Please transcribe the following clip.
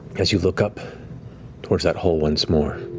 as you look up towards that hole once more.